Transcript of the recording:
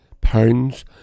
pounds